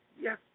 Yes